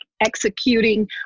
executing